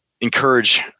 encourage